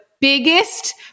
biggest